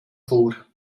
vor